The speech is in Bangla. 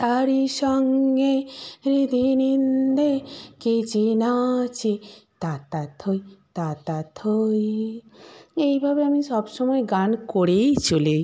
এইভাবে আমি সব সময় গান করেই চলি